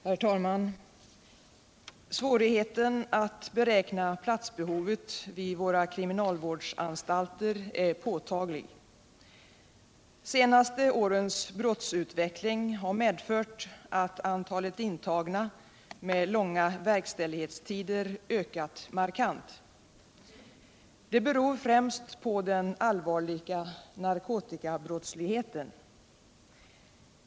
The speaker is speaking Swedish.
Herr talman! Svårigheten att beräkna platsbehovet vid våra kriminalvårdsanstalter är påtaglig. De senaste årens brottsutveckling har medfört att antalet intagna med långa verkställighetstider ökat markant. Det beror främst på den allvarliga narkotikabrottsligheten.